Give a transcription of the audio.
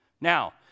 Now